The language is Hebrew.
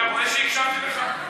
אתה רואה שהקשבתי לך?